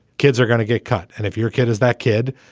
kids are gonna get cut. and if your kid is that kid,